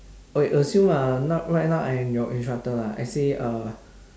okay assume ah now right now I am your instructor lah I say uh